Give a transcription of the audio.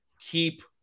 keep